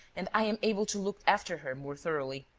and i am able to look after her more thoroughly.